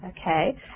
Okay